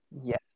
Yes